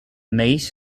mace